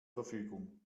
verfügung